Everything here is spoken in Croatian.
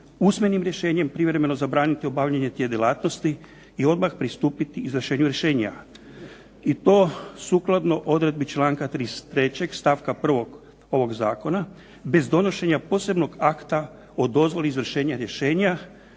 usmenim rješenjem privremeno zabraniti obavljanje te djelatnosti i odmah pristupiti izvršenju rješenja i to sukladno odredbi članka 33. stavka 1. ovog zakona, bez donošenja posebnog akta o dozvoli izvršenja rješenja